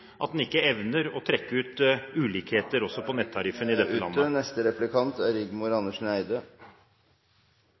at en ikke evner å trekke ut ulikheter også på nettariffer i dette landet. På tross av Kristelig Folkepartis budsjettavtale med regjeringspartiene, er